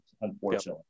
unfortunately